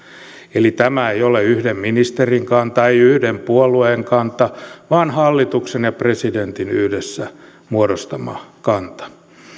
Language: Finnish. eli tämä ei ole yhden ministerin kanta ei yhden puolueen kanta vaan hallituksen ja presidentin yhdessä muodostama kanta